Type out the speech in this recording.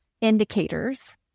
indicators